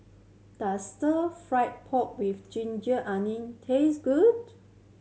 does Stir Fry pork with ginger onion taste good